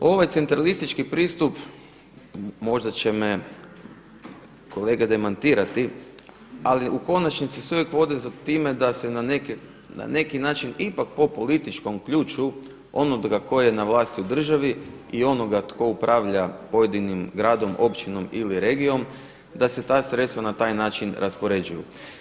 Ovaj centralistički pristup, možda će me kolega demantirati, ali u konačnici se uvijek vode za time da se na neki način ipak po političkom ključu onoga koji je na vlasti u državi i onoga tko upravlja pojedinim gradom, općinom ili regijom, da se ta sredstva na taj način raspoređuju.